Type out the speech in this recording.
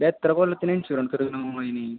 എത്ര കൊല്ലത്തിന് ഇൻഷുറൻസ് എടുക്കണം അതിന്